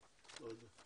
כולם אמרו שהכול אצלכם.